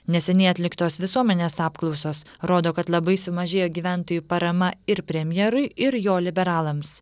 neseniai atliktos visuomenės apklausos rodo kad labai sumažėjo gyventojų parama ir premjerui ir jo liberalams